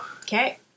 Okay